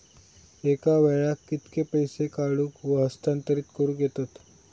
एका वेळाक कित्के पैसे काढूक व हस्तांतरित करूक येतत?